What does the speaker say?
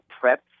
PrEP